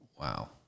Wow